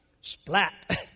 splat